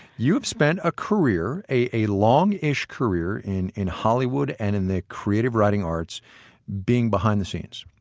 you've spent a career, a long-ish career in in hollywood and in the creative writing arts being behind the scenes.